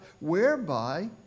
whereby